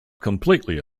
completely